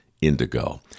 indigo